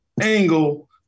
angle